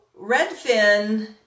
Redfin